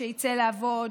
שיצא לעבוד,